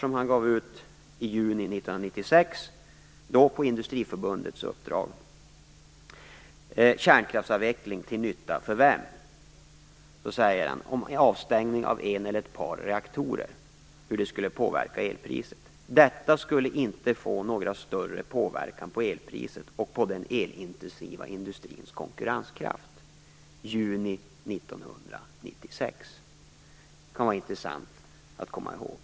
som han gav ut i juni 1996 på Industriförbundets uppdrag om hur avstängning av en eller ett par reaktorer skulle påverka elpriset: "Detta skulle inte få någon större påverkan på elpriset och på den elintensiva industrins konkurrenskraft". Detta var i juni 1996. Det kan vara intressant att komma ihåg.